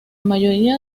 mayoría